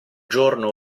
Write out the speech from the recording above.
giorno